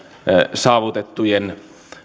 saavutettujen